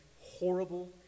horrible